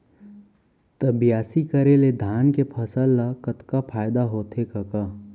त बियासी करे ले धान के फसल ल कतका फायदा होथे कका?